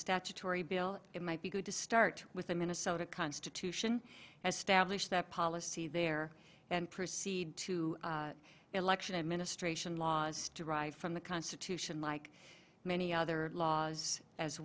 statutory bill it might be good to start with the minnesota constitution as stablished that policy there and proceed to election administration laws derived from the constitution like many other laws as